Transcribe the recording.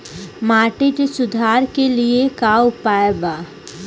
माटी के सुधार के लिए का उपाय बा?